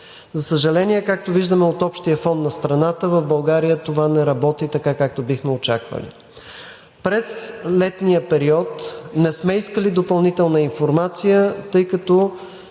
За съжаление, както виждаме от общия фон на страната, в България това не работи така, както бихме очаквали. През летния период не сме искали допълнителна информация, тъй като